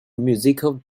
musical